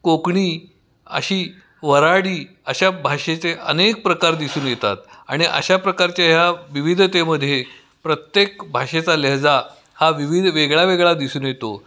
कोकणी अशी वऱ्हाडी अशा भाषेचे अनेक प्रकार दिसून येतात आणि अशा प्रकारच्या ह्या विविधतेमध्ये प्रत्येक भाषेचा लहेजा हा विविध वेगळा वेगळा दिसून येतो